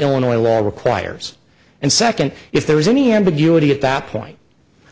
illinois law requires and second if there is any ambiguity at that point